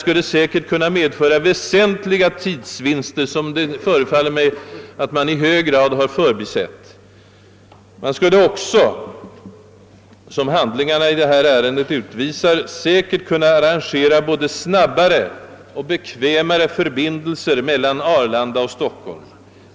skulle säkert kunna medföra betydande tidsvinster, som det förefaller mig att man ofta har förbisett. Man skulle också, såsom handlingarna i ärendet utvisar, kunna arrangera både snabbare och bekvämare förbindelser mellan Arlanda och Stockholm.